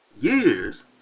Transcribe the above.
years